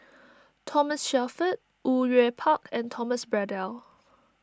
Thomas Shelford Au Yue Pak and Thomas Braddell